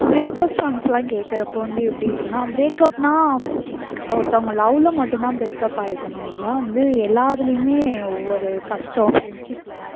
breakup songs எல்லாம் கேட்குறப்ப வந்து எப்படி இருக்குன்னா பிரேக்கப்ன்னா ஒருத்தவங்க லவ்வில் மட்டும்தான் பிரேக்கப் ஆயிருக்கணும்னு இல்லை வந்து எல்லா இதுலையுமே ஒவ்வொரு கஷ்டம் ஃப்ரெண்ட்ஸ்சிப்பில்